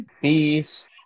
Peace